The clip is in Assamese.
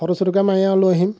ফটো চটোকে মাৰি আৰু লৈ আহিম